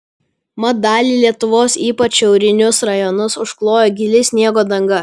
mat dalį lietuvos ypač šiaurinius rajonus užklojo gili sniego danga